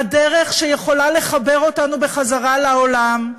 הדרך שיכולה לחבר אותנו בחזרה לעולם,